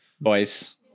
Boys